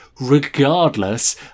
regardless